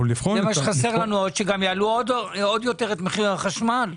זה מה שחסר לנו שיעלו עוד יותר את מחיר החשמל.